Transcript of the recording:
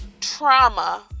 trauma